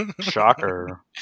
Shocker